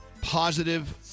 positive